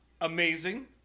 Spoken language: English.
amazing